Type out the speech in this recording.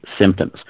symptoms